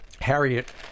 Harriet